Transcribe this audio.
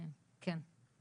כן.